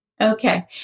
Okay